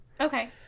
Okay